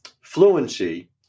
fluency